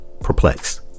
perplexed